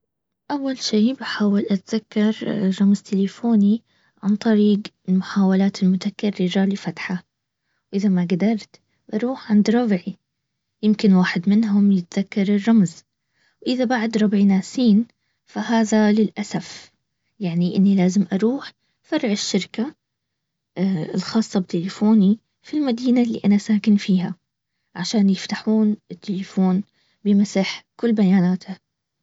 اول شي بحاول اتزكر رمز تلفوني عن طريق المحاولات المتكررة لفتحه. اذا ما قدرت روح عند ربعي يمكن واحد منهم يتذكر الرمزواذا بعد ربعي ناسيين فهذا للاسف يعني اني لازم اروح فرع الشركه الخاصة بتلفوني في المدينة اللي انا ساكن فيها عشان يفتحون التلفون ويمسح كل بياناته